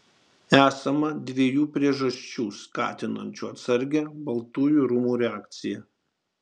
esama dviejų priežasčių skatinančių atsargią baltųjų rūmų reakciją